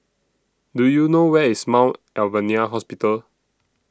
Do YOU know Where IS Mount Alvernia Hospital